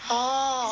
orh